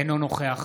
אינו נוכח